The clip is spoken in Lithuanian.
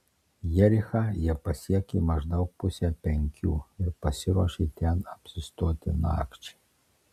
jerichą jie pasiekė maždaug pusę penkių ir pasiruošė ten apsistoti nakčiai